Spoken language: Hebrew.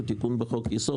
הוא תיקון בחוק יסוד,